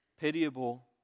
pitiable